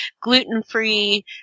gluten-free